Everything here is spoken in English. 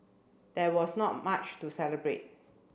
there was not much to celebrate